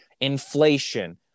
inflation